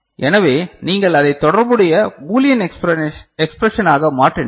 எனவே நீங்கள் அதை தொடர்புடைய பூலியன் எக்ஸ்ப்ரேஷனாக மாற்றினால்